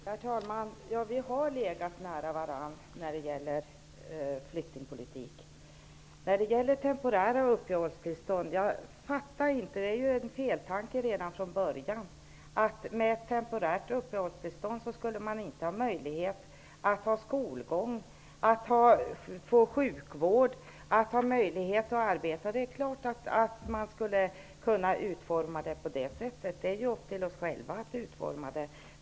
Herr talman! Ja, vi har legat nära varandra i frågan om flyktingpolitik. Men det är ju en feltanke redan från början att man med temporärt uppehållstillstånd inte skulle ha möjlighet till skolgång, sjukvård och arbete. Självfallet skulle vi kunna utforma det så att det var möjligt. Det är upp till oss själva att göra det.